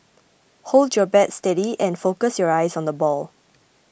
hold your bat steady and focus your eyes on the ball